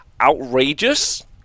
outrageous